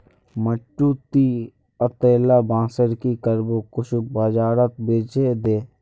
मंटू, ती अतेला बांसेर की करबो कुछू बाजारत बेछे दे